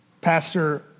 pastor